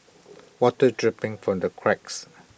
water dripping from the cracks